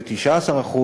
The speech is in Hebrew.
19%,